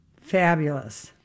fabulous